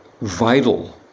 vital